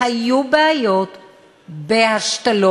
והיו בעיות בהשתלות,